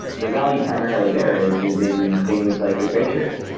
the value primarily there is is in things like your pictures.